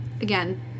again